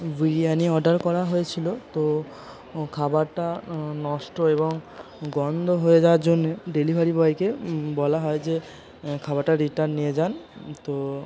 biryani order করা হয়েছিলো তো খাবারটা নষ্ট এবং গন্ধ হয়ে যাওয়ার জন্যে ডেলিভারি বয়কে বলা হয় যে খাবারটা রিটার্ন নিয়ে যান তো